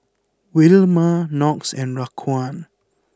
Wilma Knox and Raquan